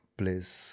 place